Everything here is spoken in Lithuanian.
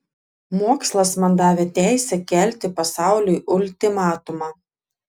mokslas man davė teisę kelti pasauliui ultimatumą